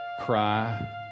cry